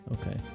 okay